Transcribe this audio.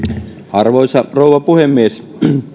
arvoisa rouva puhemies